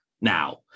now